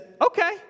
okay